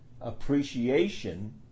appreciation